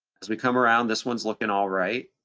as we come around this one's looking all right,